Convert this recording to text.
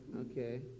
Okay